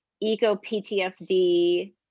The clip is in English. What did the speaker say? eco-PTSD